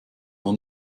war